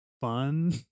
fun